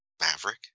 Maverick